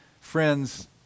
friends